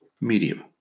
medium